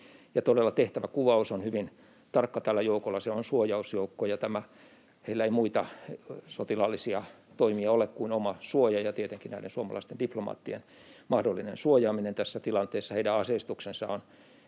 Todella tehtäväkuvaus on hyvin tarkka tällä joukolla. Se on suojausjoukko, ja heillä ei muita sotilaallisia toimia ole kuin oma suoja ja tietenkin näiden suomalaisten diplomaattien mahdollinen suojaaminen tässä tilanteessa. Heidän aseistuksensa on